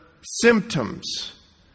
symptoms